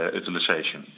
utilization